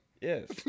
Yes